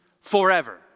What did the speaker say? forever